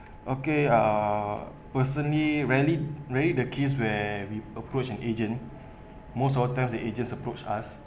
okay ah personally rarely rarely the case where we approach an agent most of times the agent approach us